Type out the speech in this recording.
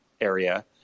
area